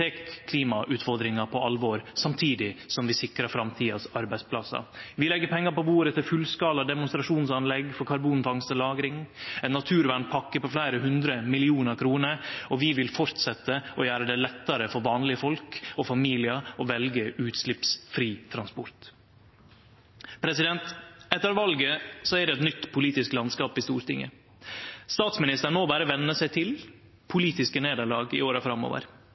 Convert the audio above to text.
tek klimautfordringa på alvor samtidig som vi sikrar arbeidsplassane for framtida. Vi legg pengar på bordet for fullskala demonstrasjonsanlegg for karbonfangst og -lagring, har ein naturvernpakke på fleire hundre millionar kroner, og vi vil fortsetje å gjere det lettare for vanlege folk og familiar å velje utsleppsfri transport. Etter valet er det eit nytt politisk landskap i Stortinget. Statsministeren må berre venje seg til politiske nederlag i åra framover.